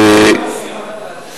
הוא הודח מהסיעה?